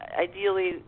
ideally